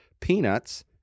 peanuts